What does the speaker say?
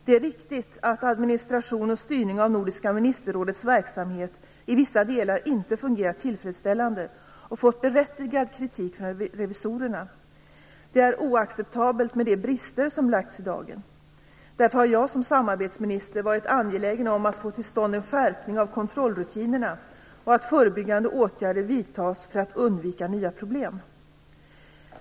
Det är riktigt att administration och styrning av Nordiska ministerrådets verksamhet i vissa delar inte har fungerat tillfredsställande och har fått berättigad kritik från revisorerna. Det är oacceptabelt med de brister som lagts i dagen. Därför har jag som samarbetsminister varit angelägen om att få till stånd en skärpning av kontrollrutinerna och att förebyggande åtgärder vidtas för att undvika nya problem.